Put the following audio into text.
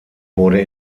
wurde